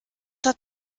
hat